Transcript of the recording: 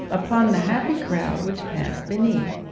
upon the happy crowd which passed beneath.